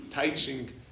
teaching